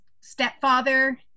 stepfather